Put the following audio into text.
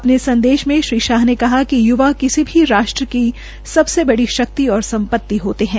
अपने संदेश में श्री शाह ने कहा कि युवा किसी भी राष्ट्र की सबसे बड़ी शक्ति और सम्पति होते है